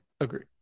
Agreed